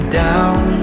down